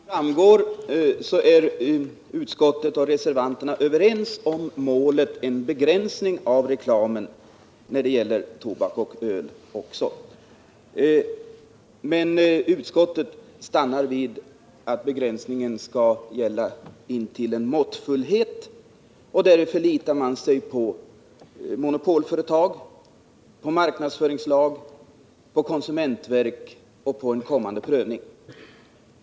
Herr talman! Såsom framgår av betänkandet är utskottet och reservanterna överens om målet, en begränsning av reklamen när det gäller tobak och öl, men utskottet stannar vid krav på måttfullhet vid marknadsföringen. Därvid förlitar man sig på monopolföretag, marknadsföringslag, konsumentverk och en kommande prövning.